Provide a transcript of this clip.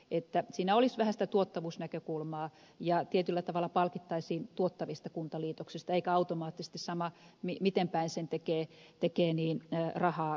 siinä olisi vähän sitä tuottavuusnäkökulmaa ja tietyllä tavalla palkittaisiin tuottavista kuntaliitoksista eikä automaattisesti ole sama että vaikka miten päin sen tekee niin rahaa tulee